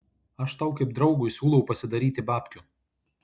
aš tau kaip draugui siūlau pasidaryti babkių